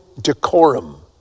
decorum